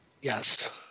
Yes